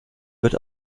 wird